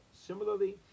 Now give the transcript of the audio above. similarly